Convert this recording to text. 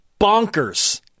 bonkers